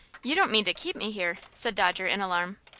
you don't mean to keep me here? said dodger, in alarm.